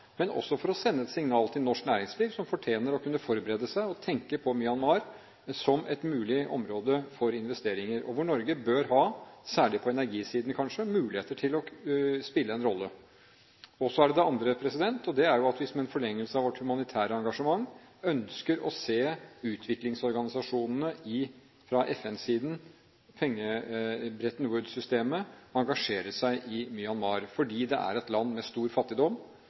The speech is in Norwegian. for å sende et signal til norsk næringsliv, som fortjener å kunne forberede seg og tenke på Myanmar som et mulig område for investeringer, og hvor Norge bør ha, kanskje særlig på energisiden, muligheter til å spille en rolle. Og så er det det andre: Det er at vi, som en forlengelse av vårt humanitære engasjement, ønsker å se utviklingsorganisasjonene fra FN-siden, som Bretton Woods-systemet, engasjere seg i Myanmar, fordi det er et land med stor fattigdom,